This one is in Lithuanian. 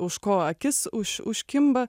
už ko akis už užkimba